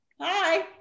hi